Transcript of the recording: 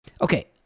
Okay